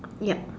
yup